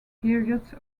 periods